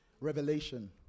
revelation